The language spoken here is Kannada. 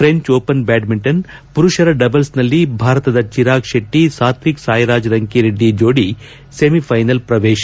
ಫ್ರೆಂಚ್ ಓಪನ್ ಬ್ಲಾಡ್ಸಿಂಟನ್ ಪುರುಷರ ಡಬಲ್ಸ್ನಲ್ಲಿ ಭಾರತದ ಚಿರಾಗ್ ಶೆಟ್ಲ ಸಾತ್ವಿಕ್ ಸಾಯಿರಾಜ್ ರಂಕಿರೆಡ್ಡಿ ಜೋಡಿ ಸೆಮಿಷ್ಲೆನಲ್ ಶ್ರವೇಶ